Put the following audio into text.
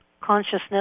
consciousness